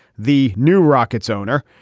the new rocket's owner.